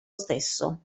stesso